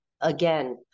again